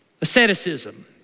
Asceticism